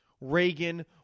Reagan